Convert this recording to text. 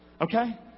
Okay